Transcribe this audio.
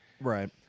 Right